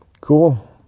Cool